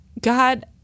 God